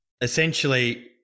essentially